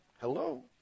Hello